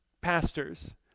pastors